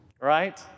right